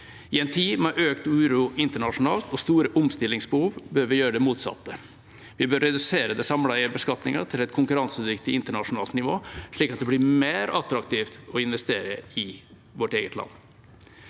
I en tid med økt uro internasjonalt og store omstillingsbehov bør vi gjøre det motsatte. Vi bør redusere den samlede eierbeskatningen til et konkurransedyktig internasjonalt nivå, slik at det blir mer attraktivt å investere i vårt eget land.